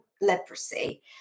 Leprosy